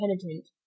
penitent